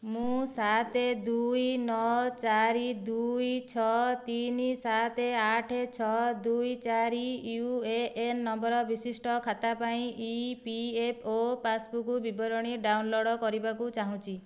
ମୁଁ ସାତ ଦୁଇ ନଅ ଚାରି ଦୁଇ ଛଅ ତିନି ସାତ ଆଠ ଛଅ ଦୁଇ ଚାରି ୟୁ ଏ ଏନ୍ ନମ୍ବର ବିଶିଷ୍ଟ ଖାତା ପାଇଁ E P F O passbook ବିବରଣୀ ଡାଉନଲୋଡ଼୍ କରିବାକୁ ଚାହୁଁଛି